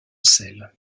sel